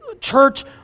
church